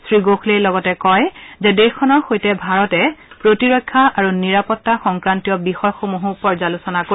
শ্ৰীগোখলেই লগতে কয় যে দেশখনৰ সৈতে ভাৰতে প্ৰতিৰক্ষা আৰু নিৰাপত্তা সংক্ৰান্তীয় বিষয়সমূহো পৰ্যালোচনা কৰিব